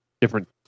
different